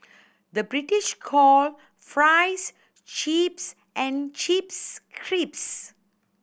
the British calls fries chips and chips crisps